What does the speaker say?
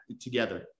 together